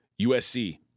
USC